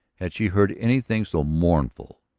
had she heard anything so mournful.